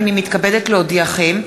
הנני מתכבדת להודיעכם,